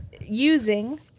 using